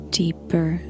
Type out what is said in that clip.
deeper